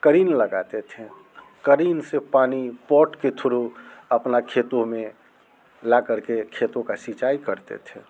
करीन लगाते थे करीन से पानी पॉट के थ्रू अपने खेतों में ला कर के खेतों का सिंचाई करते थे